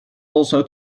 also